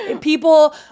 People